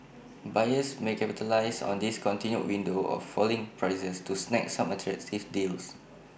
buyers may capitalise on this continued window of falling prices to snag some attractive deals